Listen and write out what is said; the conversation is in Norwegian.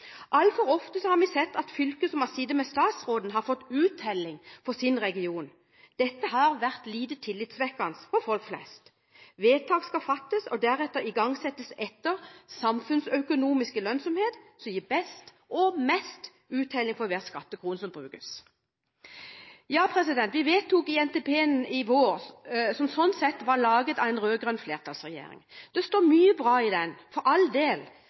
Altfor ofte har vi sett at fylker som har sittet med statsråden, har fått «uttelling» for sin region. Dette har vært lite tillitvekkende for folk flest. Vedtak skal fattes og deretter igangsettes etter en samfunnsøkonomisk lønnsomhet som gir best og mest uttelling for hver skattekrone som brukes. Vi vedtok en NTP i vår som var laget av en rød-grønn regjering. Det står mye bra i den – for all del